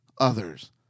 others